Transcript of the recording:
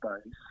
space